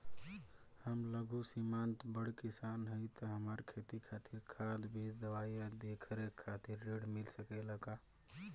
हम लघु सिमांत बड़ किसान हईं त हमरा खेती खातिर खाद बीज दवाई आ देखरेख खातिर ऋण मिल सकेला का?